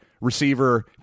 receiver